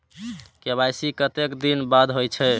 KYC कतेक दिन बाद होई छै?